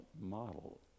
model